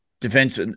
defense